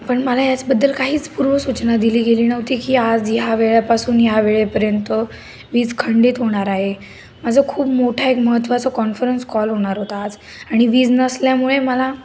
पण मला याचबद्दल काहीच पूर्व सूचना दिली गेली नव्हती की आज ह्या वेळापासून ह्या वेळेपर्यंत वीज खंडित होणार आहे माझा खूप मोठा एक महत्त्वाचा कॉन्फरन्स कॉल होणार होता आज आणि वीज नसल्यामुळे मला